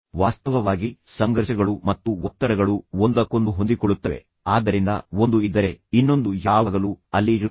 ವಾಸ್ತವವಾಗಿ ಸಂಘರ್ಷಗಳು ಮತ್ತು ಒತ್ತಡಗಳು ಒಂದಕ್ಕೊಂದು ಹೊಂದಿಕೊಳ್ಳುತ್ತವೆ ಆದ್ದರಿಂದ ಒಂದು ಇದ್ದರೆ ಮತ್ತು ನಂತರ ಇನ್ನೊಂದು ಯಾವಾಗಲೂ ಅಲ್ಲಿಇರುತ್ತದೆ